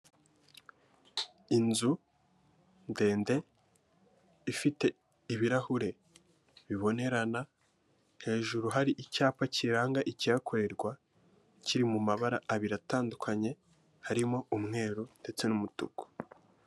Inzu ndende ifite ibirahure bibonerana, hejuru hari icyapa kiranga ikihakorerwa kiri mu mabara abiri atandukanye harimo umweru ndetse n'umutuku.